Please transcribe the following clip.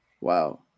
Wow